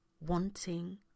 wanting